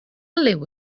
liw